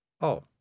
Oh